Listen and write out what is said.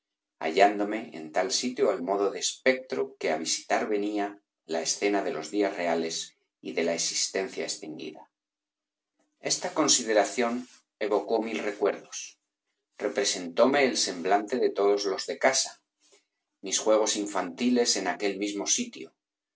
hallándome en tal sitio al modo de espectro que á visitar venía la escena de los días reales y de la existencia extinguida esta consideración evocó mil recuerdos representóme el semblante de todos los de casa mis juegos infantiles en aquel mismo sitio